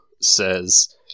says